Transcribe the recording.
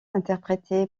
interprété